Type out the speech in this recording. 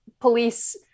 police